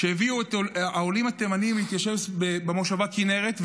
כשהביאו את העולים התימנים להתיישב במושבה כינרת,